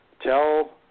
tell